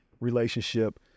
relationship